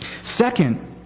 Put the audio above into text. Second